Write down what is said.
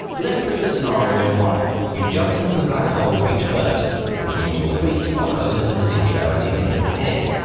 let's look at scenario one. you've jumped into the black hole feet first, first, which means your feet are closer to the singularity than your head.